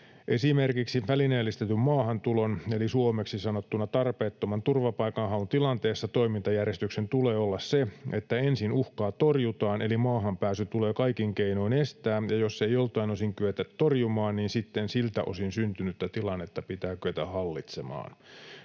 Esimerkiksi välineellistetyn maahantulon eli suomeksi sanottuna tarpeettoman turvapaikanhaun tilanteessa toimintajärjestyksen tulee olla se, että ensin uhkaa torjutaan, eli maahan pääsy tulee kaikin keinoin estää, ja jos ei joltain osin kyetä torjumaan, niin sitten siltä osin syntynyttä tilannetta pitää kyetä hallitsemaan.